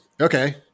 Okay